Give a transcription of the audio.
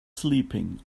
sleeping